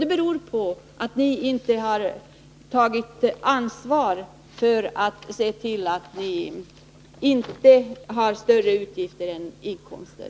Det beror på att ni inte har sett till att ni inte har större utgifter än inkomster.